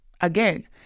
again